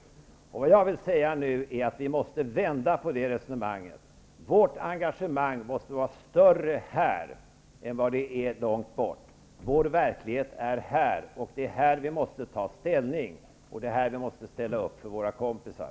Vad jag nu vill säga är att vi måste vända på detta resonemang. Vårt engagemang måste vara större här än vad det är långt bort. Vår verklighet är här, och det är här som vi måste ta ställning, och det är här som vi måste ställa upp för våra kompisar.